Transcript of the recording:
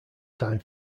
time